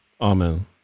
Amen